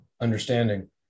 understanding